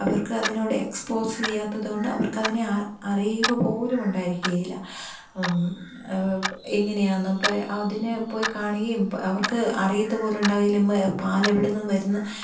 അവർക്ക് അതിനോട് എക്സ്പോസ് ചെയ്യാത്തത് കൊണ്ട് അവർക്ക് അതിനെ അറിയുക പോലും ഉണ്ടായിരിക്കുകയില്ല എങ്ങനെയാണ് ഇപ്പം അതിനെ പോയി കാണുകയും അവർക്ക് അറിയുക പോലും ഉണ്ടാവില്ല പാൽ എവിടെ നിന്നു വരുന്നു